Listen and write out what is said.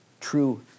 true